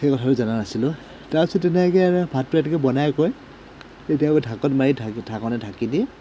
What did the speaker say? সেই কথাতো জনা নাছিলোঁ তাপিছত তেনেকৈ আৰু ভাতটো এনেকৈ বনাই কৰি কেতিয়াবা ঢাকোন মাৰি ঢাকো ঢাকনেৰে ঢাকি দি